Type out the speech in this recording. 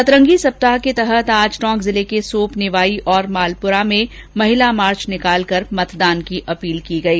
सतरंगी सप्ताह के तहत आज टोंक जिले के सोप निवाई और मालपुरा में महिला मार्च निकाल कर मतदान की अपील की गई